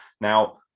Now